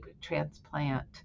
transplant